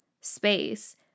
space